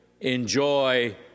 enjoy